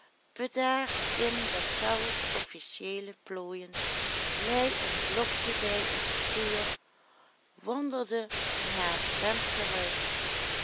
bedaard in deszelfs officiëele plooien lei een blokje bij op het vuur wandelde naar de